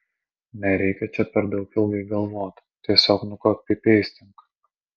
nereikia čia per daug ilgai galvot tiesiog nukopipeistink